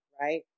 right